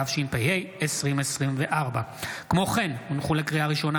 התשפ"ה 2024. כמו כן הונחה לקריאה ראשונה,